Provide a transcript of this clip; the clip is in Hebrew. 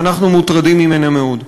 ואנחנו מוטרדים ממנה מאוד.